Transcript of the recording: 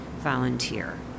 volunteer